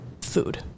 food